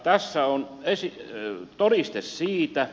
tässä on todiste siitä